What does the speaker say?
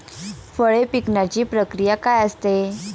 फळे पिकण्याची प्रक्रिया काय आहे?